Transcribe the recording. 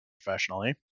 professionally